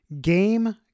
Game